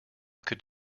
could